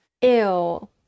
Ew